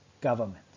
government